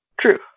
True